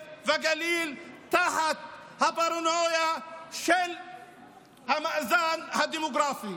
ובגליל תחת הפרנויה של המאזן הדמוגרפי,